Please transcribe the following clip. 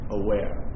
aware